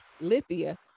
Lithia